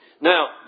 Now